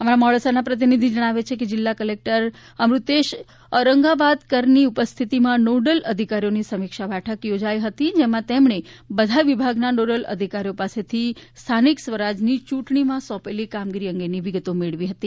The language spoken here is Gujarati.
અમારા મોડાસાના પ્રતિનિધિ જણાવે છે કે જિલ્લા કલેક્ટર અમૃતેશ ઔરંગાબાદકરની ઉપસ્થિતિમાં નોડલ અધિકારીઓની સમીક્ષા બેઠક ચોજાઇ હતી જેમાં તેમણે બધા વિભાગના નોડલ અધિકારીઓ પાસેથી સ્થાનિક સ્વરાજ્યની યૂંટણીમાં સોંપેલી કામગીરી અંગેની વિગતો મેળવી હતી